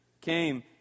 came